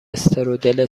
استرودل